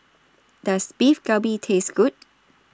Does Beef Galbi Taste Good